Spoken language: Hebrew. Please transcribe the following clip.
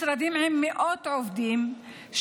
משרדים עם מאות עובדים,